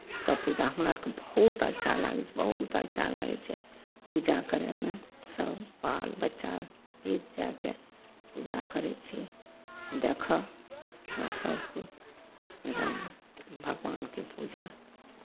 सभ पूजा हमरा आरकेँ बहुत अच्छा लागै छै बहुत अच्छा लागै छै पूजा करयमे सभ बाल बच्चा ई जा कऽ पूजा करै छी देखयमे इसभ एकदम भगवानके पूजा